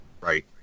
Right